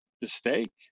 mistake